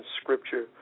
scripture